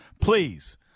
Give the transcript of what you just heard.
Please